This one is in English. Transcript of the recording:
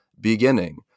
beginning